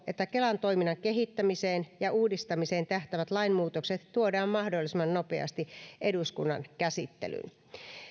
että kelan toiminnan kehittämiseen ja uudistamiseen tähtäävät lainmuutokset tuodaan mahdollisimman nopeasti eduskunnan käsittelyyn